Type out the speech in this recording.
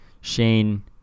Shane